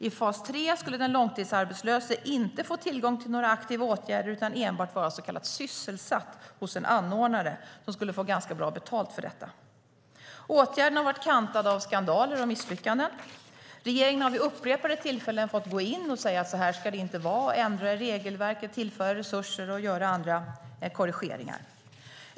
I fas 3 skulle den långtidsarbetslöse inte få tillgång till några aktiva åtgärder utan enbart vara så kallat sysselsatt hos en anordnare som skulle få ganska bra betalt för detta. Åtgärden har varit kantad av skandaler och misslyckanden. Regeringen har vid upprepade tillfällen fått gå in och säga: Så här ska det inte vara. Man har fått ändra i regelverket, tillföra resurser och göra andra korrigeringar.